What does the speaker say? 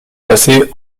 placée